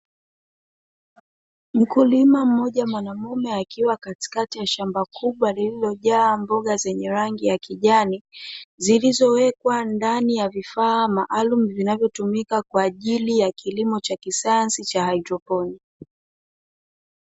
Mkulima mmoja mwanamume akiwa katikati ya shamba kubwa lililo jaa mboga zenye rangi ya kijani, zilizowekwa ndani ya vifaa maalum vinavyo tumika kwajili ya kilimo cha kisayansi cha hdroponi.